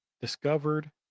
discovered